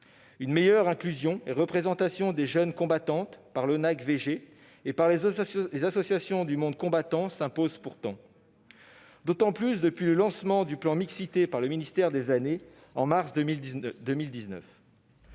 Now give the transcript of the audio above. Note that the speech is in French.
De meilleures inclusion et représentation des jeunes combattantes par l'ONACVG et par les associations du monde combattant s'imposent pourtant, d'autant plus depuis le lancement du plan mixité par le ministère des armées en mars 2019.